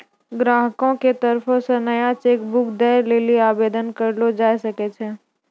ग्राहको के तरफो से नया चेक बुक दै लेली आवेदन करलो जाय सकै छै